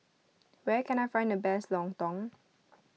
where can I find the best Lontong